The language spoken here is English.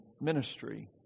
ministry